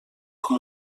com